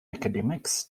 academics